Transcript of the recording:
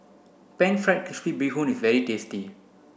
pan fried crispy bee hoon is very tasty